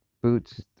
boots